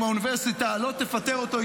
אם האוניברסיטה לא תפטר אותו,